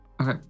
Okay